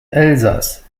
elsass